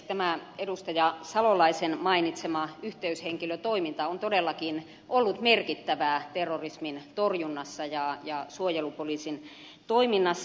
tämä edustaja salolaisen mainitsema yhteyshenkilötoiminta on todellakin ollut merkittävää terrorismin torjunnassa ja suojelupoliisin toiminnassa